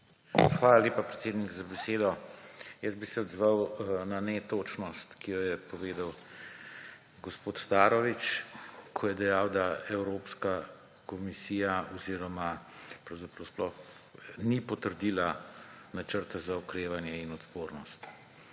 Hvala lepa, predsednik, za besedo. Jaz bi se odzval na netočnost, ki jo je povedal gospod Starović, ko je dejal, da Evropska komisija sploh ni potrdila načrta za okrevanje in odpornost.